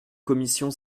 commission